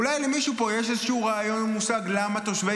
אולי למישהו פה יש איזשהו רעיון או מושג למה תושבי